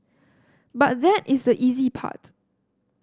but that is the easy part